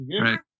Right